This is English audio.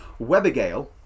Webbergale